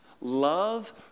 Love